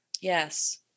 Yes